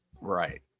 Right